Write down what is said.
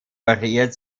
variiert